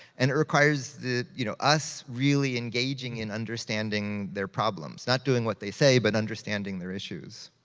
and it requires that, you know, us really engaging and understanding their problems. not doing what they say, but understanding their issues.